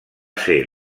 ser